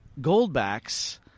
goldbacks